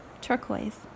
turquoise